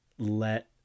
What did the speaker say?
let